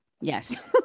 Yes